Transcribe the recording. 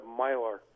mylar